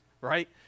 right